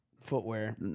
footwear